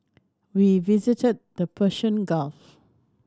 we visited the Persian Gulf